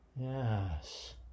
Yes